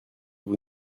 vous